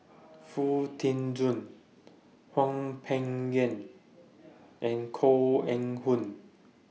Foo Tee Jun Hwang Peng Yuan and Koh Eng Hoon